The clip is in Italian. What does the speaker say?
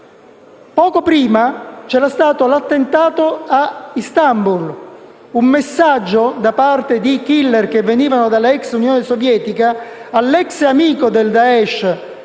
Poco prima c'era stato l'attentato a Istanbul: un messaggio da parte di *killer* che venivano dall'ex Unione sovietica all'ex amico del Daesh,